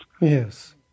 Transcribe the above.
Yes